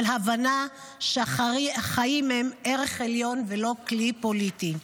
של הבנה שהחיים הם ערך עליון ולא כלי פוליטי.